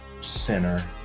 center